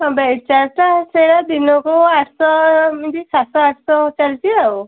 ହଁ ବେଡ଼ ଚାର୍ଜଟା ସେ ଦିନକୁ ଆଠଶହ ଏମିତି ସାତ ଆଠଶହ ଚାଲିଛି ଆଉ